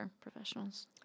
professionals